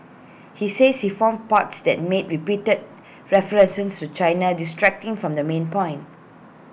he says he found parts that made repeated references to China distracting from the main point